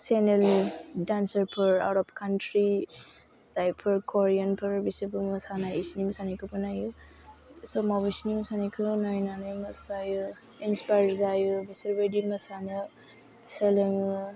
सेनेलनि दान्सारफोर आरब कान्ट्रि जायफोर करियानफोर बिसोरबो मोसानाय इसिनि मोसानाइखौबो नाइयो समाव बिसिनि मोसानायखौ नायनानै मोसायो इन्सफायार जायो बिसोर बायदि मोसानो सोलोङो